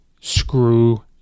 screw